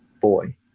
boy